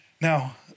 Now